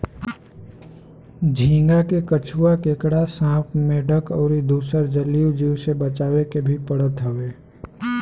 झींगा के कछुआ, केकड़ा, सांप, मेंढक अउरी दुसर जलीय जीव से बचावे के भी पड़त हवे